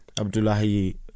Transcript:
Abdullahi